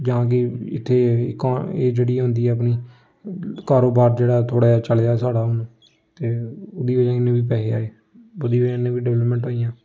जां कि इत्थै इका ऐ जेह्ड़ी होंदी ऐ अपनी कारोबार जेह्ड़ा ऐ थोह्ड़ा जनेहा चलेआ ऐ साढ़ा हून ते ओह्दी ब'जा कन्नै बी पैहे आए ओह्दी ब'जा कन्नै बी डिवैल्पमैंट होइयां